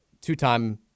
two-time